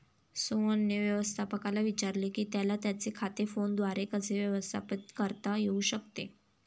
सोहनने व्यवस्थापकाला विचारले की त्याला त्याचे खाते फोनद्वारे कसे व्यवस्थापित करता येऊ शकते